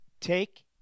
Take